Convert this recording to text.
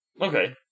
Okay